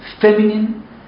feminine